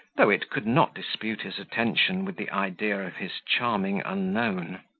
though it could not dispute his attention with the idea of his charming unknown.